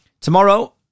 Tomorrow